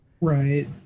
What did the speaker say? Right